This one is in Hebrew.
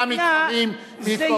אתם אומנם מתחרים מי יתקוף,